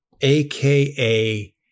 AKA